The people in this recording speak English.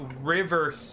river